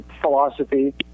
philosophy